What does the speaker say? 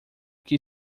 que